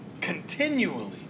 continually